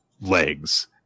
legs